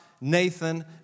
Nathan